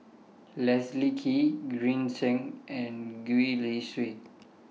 Leslie Kee Green Zeng and Gwee Li Sui